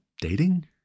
dating